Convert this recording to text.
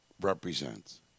represents